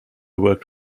worked